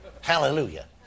hallelujah